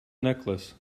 necklace